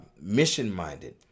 mission-minded